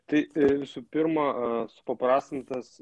tai visų pirma supaprastintas